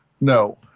no